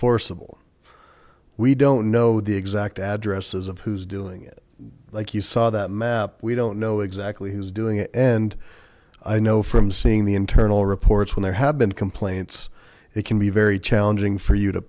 enforceable we don't know the exact addresses of who's doing it like you saw that map we don't know exactly who's doing it and i know from seeing the internal reports when there have been complaints it can be very challenging for you to